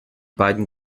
beiden